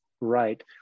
right